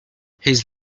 his